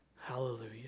Hallelujah